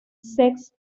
sets